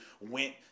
went